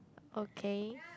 okay